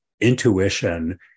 intuition